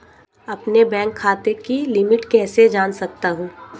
अपने बैंक खाते की लिमिट कैसे जान सकता हूं?